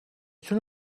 تونه